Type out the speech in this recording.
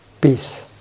peace